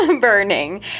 burning